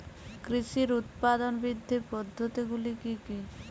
কৃষির উৎপাদন বৃদ্ধির পদ্ধতিগুলি কী কী?